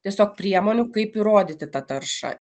tiesiog priemonių kaip įrodyti tą taršą